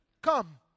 Come